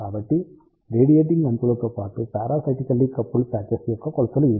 కాబట్టి రేడియేటింగ్ అంచులతో పాటు పారాసైటికల్లీ కపుల్డ్ పాచెస్ యొక్క కొలతలు ఇవి